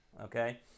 Okay